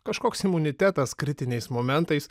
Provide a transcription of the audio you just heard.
kažkoks imunitetas kritiniais momentais